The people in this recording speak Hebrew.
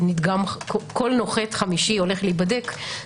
כל נוחת חמישי הולך להידבק,